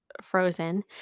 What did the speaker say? Frozen